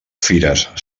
fires